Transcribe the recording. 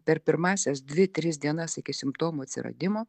per pirmąsias dvi tris dienas iki simptomų atsiradimo